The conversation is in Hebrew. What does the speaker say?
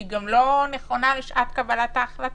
שלא נכונה לשעת קבלת ההחלטה.